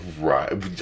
Right